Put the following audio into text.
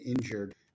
injured